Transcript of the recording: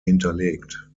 hinterlegt